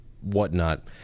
whatnot